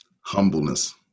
Humbleness